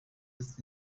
ati